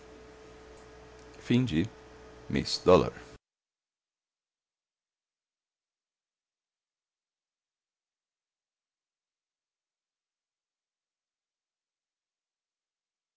no fim de um mês